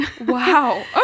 Wow